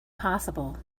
possible